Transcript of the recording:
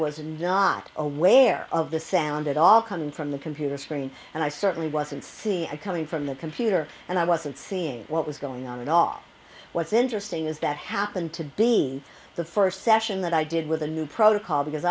was not aware of the sound at all coming from the computer screen and i certainly wasn't see it coming from the computer and i wasn't seeing what was going on and all what's interesting is that happened to be the first session that i did with the new protocol because